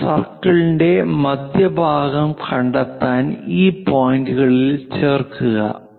ആ സർക്കിളിന്റെ മധ്യഭാഗം കണ്ടെത്താൻ ഈ പോയിന്റുകളിൽ ചേർക്കുക